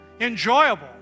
enjoyable